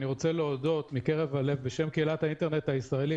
אני רוצה להודות מקרב לב בשם קהילת האינטרנט הישראלית,